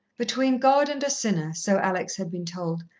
between god and a sinner, so alex had been told,